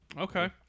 Okay